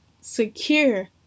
secure